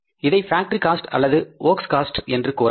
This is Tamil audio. இதை பேக்டரி காஸ்ட் அல்லது ஒர்க்ஸ் காஸ்ட் என்று கூறலாம்